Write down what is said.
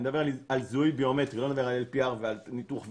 מדבר על זיהוי ביומטרי ולא על LPR ועל ניתוח וידאו,